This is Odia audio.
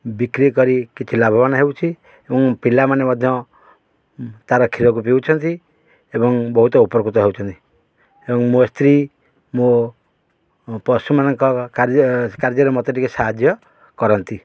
ବିକ୍ରି କରି କିଛି ଲାଭବାନ ହେଉଛି ଏବଂ ପିଲାମାନେ ମଧ୍ୟ ତା'ର କ୍ଷୀରକୁ ପିଉଛନ୍ତି ଏବଂ ବହୁତ ଉପକୃତ ହେଉଛନ୍ତି ଏବଂ ମୋ ସ୍ତ୍ରୀ ମୋ ପଶୁମାନଙ୍କ କାର୍ଯ୍ୟରେ ମୋତେ ଟିକେ ସାହାଯ୍ୟ କରନ୍ତି